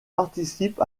participe